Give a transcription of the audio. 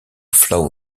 flow